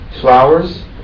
flowers